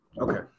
okay